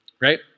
right